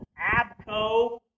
ABCO